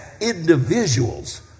individuals